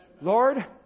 Lord